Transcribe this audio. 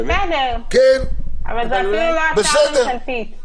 בסדר, אבל זו אפילו לא הצעה ממשלתית.